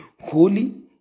holy